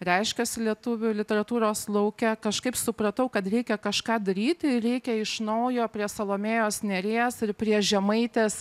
reiškiuosi lietuvių literatūros lauke kažkaip supratau kad reikia kažką daryti reikia iš naujo prie salomėjos nėries ir prie žemaitės